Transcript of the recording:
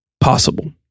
possible